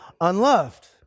unloved